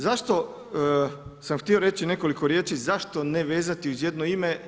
Zašto sam htio reći nekoliko riječi zašto ne vezati uz jedno ime?